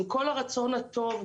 עם כל הרצון הטוב,